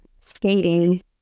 skating